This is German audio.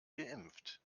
geimpft